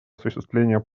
осуществления